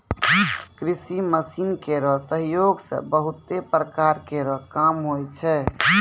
कृषि मसीन केरो सहयोग सें बहुत प्रकार केरो काम होय छै